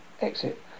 Exit